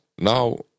now